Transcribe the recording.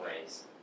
ways